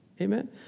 Amen